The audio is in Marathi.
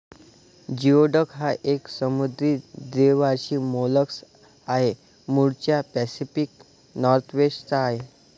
जिओडॅक हा एक समुद्री द्वैवार्षिक मोलस्क आहे, मूळचा पॅसिफिक नॉर्थवेस्ट चा आहे